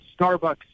Starbucks